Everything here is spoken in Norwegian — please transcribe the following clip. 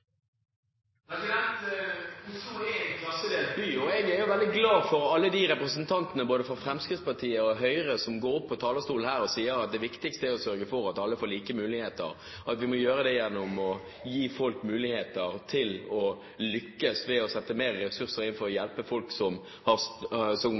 by, og jeg er veldig glad for alle de representantene både fra Fremskrittspartiet og Høyre som går opp på talerstolen her og sier at det viktigste er å sørge for at alle får like muligheter, at vi må gjøre det gjennom å gi folk muligheter til å lykkes ved å sette mer ressurser inn for å hjelpe folk som